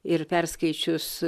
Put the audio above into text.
ir perskaičius